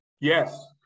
Yes